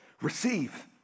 Receive